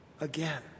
again